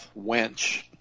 wench